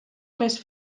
més